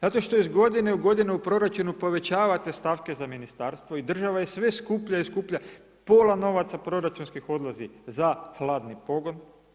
Zato što iz godine u godinu u proračunu povećavate stavke za ministarstvo i država je sve skuplja i skuplja, pola novaca proračunskih odlazi za hladni pogon.